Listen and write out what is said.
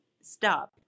stop